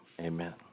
Amen